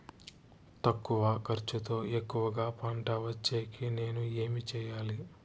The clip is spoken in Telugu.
తక్కువ ఖర్చుతో ఎక్కువగా పంట వచ్చేకి నేను ఏమి చేయాలి?